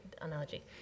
analogy